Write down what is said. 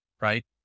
right